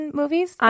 movies